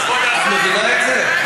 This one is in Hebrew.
את מבינה את זה?